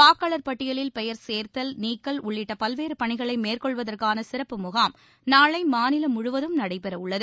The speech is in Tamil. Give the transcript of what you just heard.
வாக்காளர் பட்டியலில் பெயர் சேர்த்தல் நீக்கல் உள்ளிட்டபல்வேறுபணிகளைமேற்கொள்வதற்கானசிறப்பு முகாம் நாளைமாநிலம் முழுவதும் நடைபெறவுள்ளது